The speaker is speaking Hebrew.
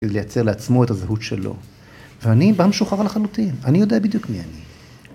‫כדי לייצר לעצמו את הזהות שלו, ‫ואני בא משוחרר לחלוטין. ‫אני יודע בדיוק מי אני.